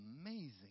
amazing